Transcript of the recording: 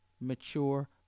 mature